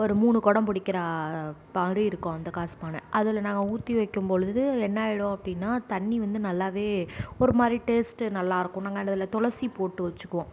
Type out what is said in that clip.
ஒரு மூணு குடம் பிடிக்கிற மாதிரி இருக்கும் அந்த காஸ்பானை அதில் நாங்கள் ஊற்றி வைக்கும்பொழுது என்ன ஆகிடும் அப்படின்னா தண்ணி வந்து நல்லாவே ஒரு மாதிரி டேஸ்ட்டு நல்லாயிருக்கும் நாங்கள் அதில் துளசி போட்டு வச்சுக்குவோம்